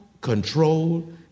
control